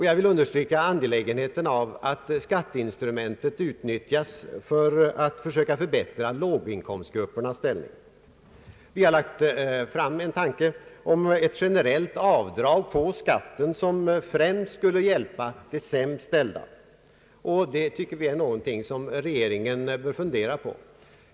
Jag vill understryka angelägenheten av att skatteinstrumentet utnyttjas så att man försöker förbättra låginkomstgruppernas ställning. Vi har fört fram en tanke på ett generellt avdrag på skatten, vilket främst skulle hjälpa de sämst ställda, och vi tycker att det är någonting som regeringen bör fundera på.